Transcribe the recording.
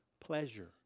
pleasure